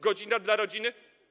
Godzina dla rodziny?